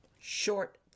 Short